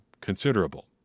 considerable